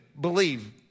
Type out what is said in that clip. believe